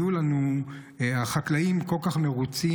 יהיו לנו חקלאים כל כך מרוצים,